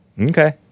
Okay